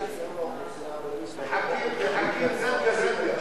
מחכים זנגה-זנגה.